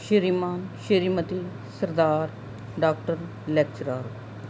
Shriman Shrimati Sardar doctor lecturer